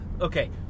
Okay